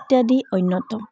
ইত্যাদি অন্যতম